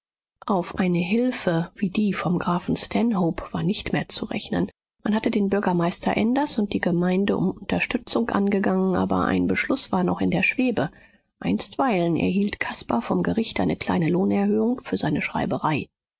auf eine hilfe wie die vom grafen stanhope war nicht mehr zu rechnen man hatte den bürgermeister enders und die gemeinde um unterstützung angegangen aber ein beschluß war noch in der schwebe einstweilen erhielt caspar vom gericht eine kleine lohnerhöhung für seine schreiberei